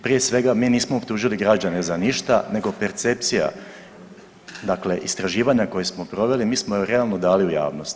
Prije svega mi nismo optužili građane za ništa nego percepcija dakle istraživanja koja smo proveli mi smo realno dali u javnost.